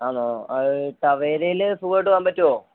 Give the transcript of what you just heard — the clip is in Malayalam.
ആണോ അത് ടവേരയിൽ സുഖമായിട്ട് പോകാൻ പറ്റുമോ